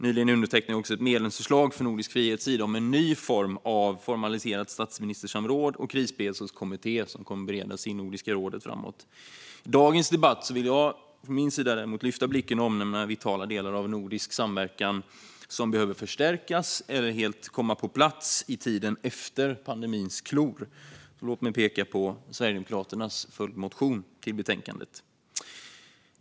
Nyligen undertecknade jag också ett medlemsförslag från Nordisk frihets sida om en ny form av formaliserat statsministersamråd och en krisberedskapskommitté som kommer att beredas i Nordiska rådet framöver. I dagens debatt vill jag lyfta blicken och omnämna vitala delar av nordisk samverkan som behöver förstärkas eller helt komma på plats vid tiden efter pandemins klor. Låt mig peka på Sverigedemokraternas följdmotion till betänkandet.